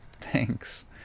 thanks